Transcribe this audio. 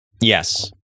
Yes